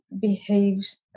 behaves